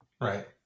Right